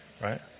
right